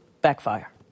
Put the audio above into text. backfire